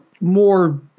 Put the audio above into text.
more